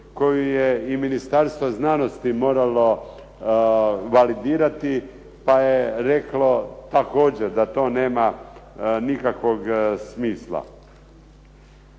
koju je i Ministarstvo znanosti moralo validirati, pa je reklo također da to nema nikakvog smisla.